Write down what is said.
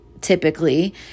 typically